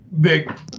big